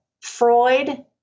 Freud